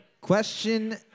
Question